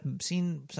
seen